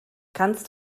kannst